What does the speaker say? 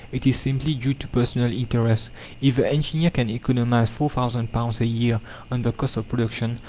it is simply due to personal interest if the engineer can economize four thousand pounds a year on the cost of production,